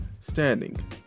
standing